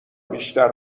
بیشتر